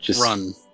Run